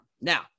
Now